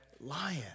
lion